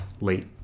late